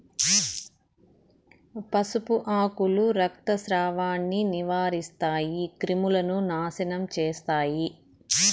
పసుపు ఆకులు రక్తస్రావాన్ని నివారిస్తాయి, క్రిములను నాశనం చేస్తాయి